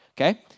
Okay